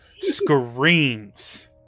screams